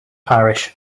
parish